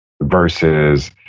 Versus